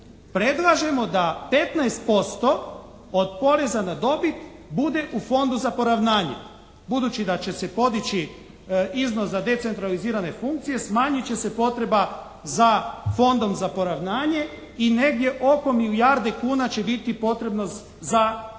predlažemo da 15% od poreza na dobit bude u Fondu za poravnanje, budući da će se podići iznos za decentralizirane funkcije smanjit će se potreba za Fondom za poravnanje i negdje oko milijarde kuna će biti potrebno za Fond